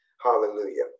Hallelujah